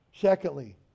Secondly